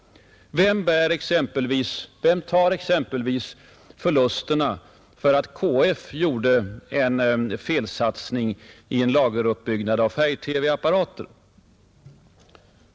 Vem tar exempelvis förlusterna när KF gjorde en felsatsning i sin lageruppbyggnad av färg-TV-apparater?